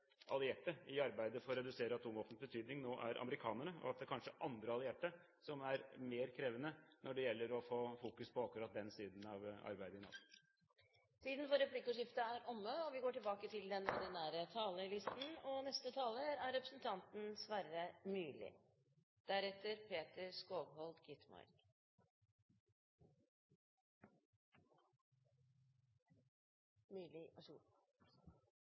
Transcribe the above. i arbeidet for å redusere atomvåpens betydning nå er amerikanerne, og at det kanskje er andre allierte som er mer krevende når det gjelder å få fokus på akkurat den siden av arbeidet i NATO. Replikkordskiftet er omme. Siden vi